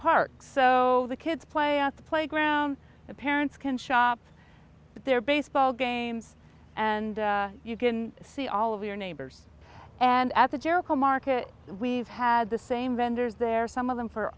park so the kids play out the playground the parents can shop their baseball games and you can see all of your neighbors and at the jericho market we've had the same vendors there some of them for